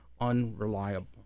unreliable